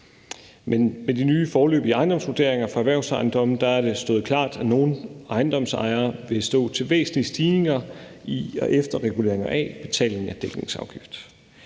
med de nye foreløbige ejendomsvurderinger for erhvervsejendomme har det stået klart, at nogle ejendomsejere vil stå til væsentlige stigninger i og efterreguleringer af betaling af dækningsafgift.